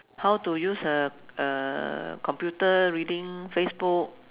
how to use a a computer reading Facebook